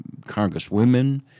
congresswomen